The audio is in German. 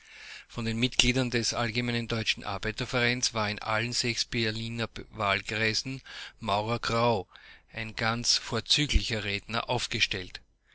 von den mitgliedern des allgemeinen deutschen arbeiter vereins war in allen sechs berliner wahlkreisen maurer grau ein ganz vorzüglicher redner aufgestellt